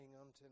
unto